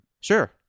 sure